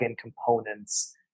components